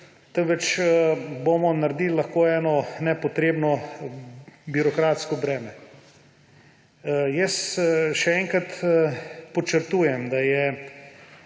temveč bomo naredili lahko eno nepotrebno birokratsko breme. Jaz še enkrat podčrtujem, da je